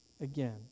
Again